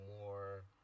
more